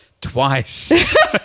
twice